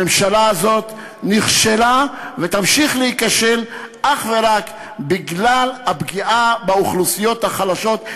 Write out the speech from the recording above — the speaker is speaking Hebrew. הממשלה הזאת נכשלה ותמשיך להיכשל אך ורק בגלל הפגיעה באוכלוסיות החלשות.